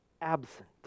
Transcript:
absent